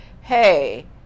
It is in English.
hey